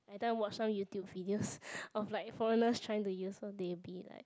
everytime watch some YouTube videos of like foreigners trying to use so they be like